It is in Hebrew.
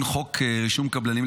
התשפ"ג 2023,